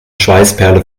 schweißperle